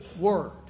word